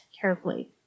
carefully